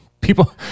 People